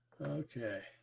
Okay